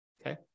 Okay